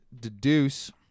deduce